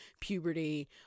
puberty